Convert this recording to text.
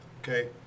okay